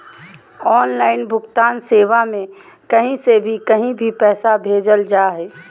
online भुगतान सेवा में कही से भी कही भी पैसा भेजल जा हइ